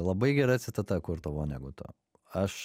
labai gera citata kurto voneguto aš